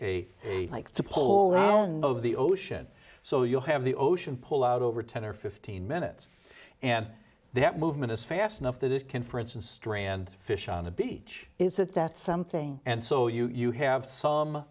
a likes to pull of the ocean so you'll have the ocean pull out over ten or fifteen minutes and that movement is fast enough that it can for instance strand fish on a beach is that that something and so you have some